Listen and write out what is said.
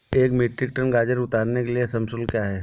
एक metric ton गाजर उतारने के लिए श्रम शुल्क क्या है?